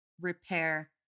repair